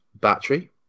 battery